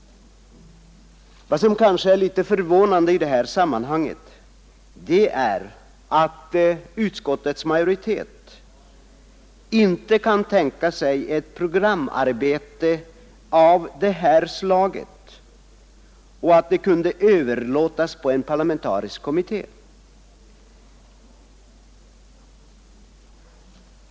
Vad som kanske är litet förvånande i detta sammanhang är att utskottets majoritet inte kan tänka sig ett programarbete av detta slag och att det kan överlåtas på en parlamentarisk kommitté.